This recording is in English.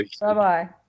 Bye-bye